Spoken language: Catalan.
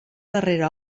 darrera